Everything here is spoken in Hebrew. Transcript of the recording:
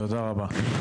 תודה רבה.